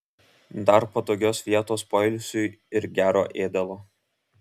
dar patogios vietos poilsiui ir gero ėdalo